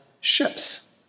ships